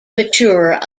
mature